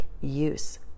use